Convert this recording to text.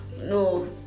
No